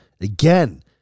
again